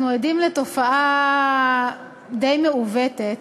אנחנו עדים לתופעה די מעוותת,